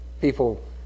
people